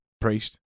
Priest